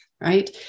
right